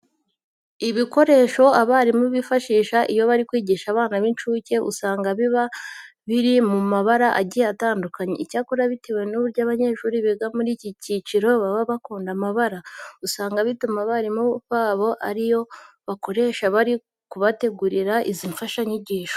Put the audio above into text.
Ibikoresho abarimu bifashisha iyo bari kwigisha abana b'incuke, usanga biba biri mu mabara agiye atandukanye. Icyakora bitewe n'uburyo abanyeshuri biga muri iki cyiciro baba bakunda amabara, usanga bituma abarimu babo ari yo bakoresha bari kubategurira izi mfashanyigisho.